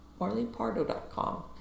marlenepardo.com